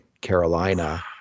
Carolina